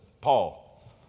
Paul